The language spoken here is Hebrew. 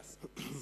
אדוני,